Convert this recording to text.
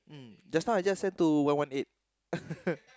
just now I just send to one one eight